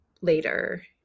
later